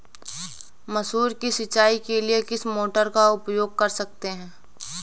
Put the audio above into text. मसूर की सिंचाई के लिए किस मोटर का उपयोग कर सकते हैं?